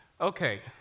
Okay